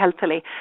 healthily